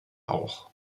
auch